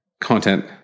content